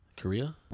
Korea